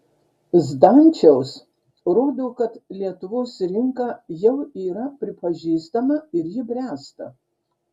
zdančiaus rodo kad lietuvos rinka jau yra pripažįstama ir ji bręsta